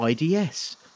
IDS